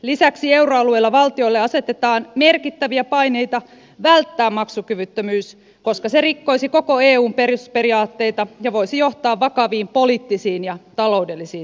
lisäksi euroalueella valtioille asetetaan merkittäviä paineita välttää maksukyvyttömyys koska se rikkoisi koko eun perusperiaatteita ja voisi johtaa vakaviin poliittisiin ja taloudellisiin seuraamuksiin